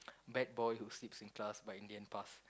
bad boy who sleeps in class but in the end pass